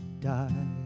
die